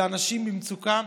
אלה אנשים במצוקה,